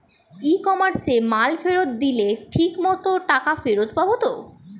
ই কমার্সে মাল ফেরত দিলে ঠিক মতো টাকা ফেরত পাব তো?